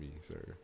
sir